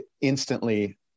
instantly